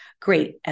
great